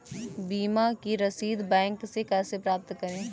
बीमा की रसीद बैंक से कैसे प्राप्त करें?